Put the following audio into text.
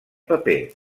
paper